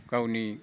गावनि